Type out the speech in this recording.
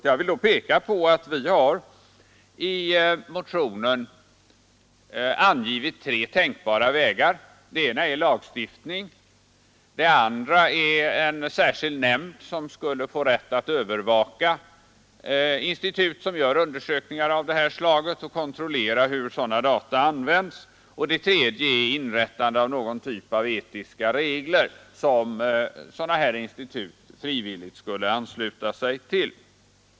Jag vill då peka på att vi i motionen angivit tre tänkbara vägar. Den ena är lagstiftning. Den andra är inrättande av en särskild nämnd som skulle få rätt att övervaka institut, som gör undersökningar av detta slag, och kontrollera hur dessa data används. Den tredje vägen är fastställande av någon typ av etiska regler som dessa institut frivilligt skulle ansluta sig till.